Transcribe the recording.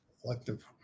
Collective